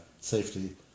safety